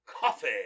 coffee